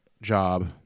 job